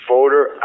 Voter